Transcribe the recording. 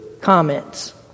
comments